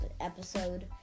episode